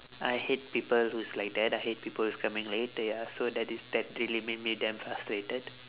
I hate people who's like that I hate people who come in late ya so that is that really make me damn frustrated